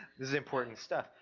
this is important stuff.